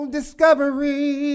Discovery